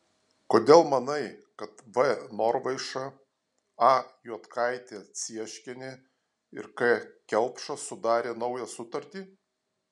kodėl manai kad v norvaiša a juodkaitė cieškienė ir k kelpšas sudarė naują sutartį